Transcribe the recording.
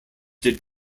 did